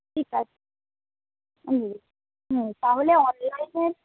ঠিক আছে হুম তাহলে অনলাইনে